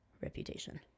Reputation